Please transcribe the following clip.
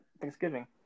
Thanksgiving